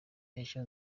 ejo